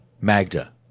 Magda